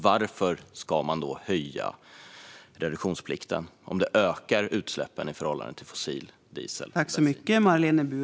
Varför ska man höja reduktionsplikten om det ökar utsläppen i förhållande till fossil diesel och bensin?